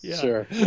Sure